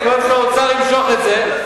בגלל שהאוצר ימשוך את זה,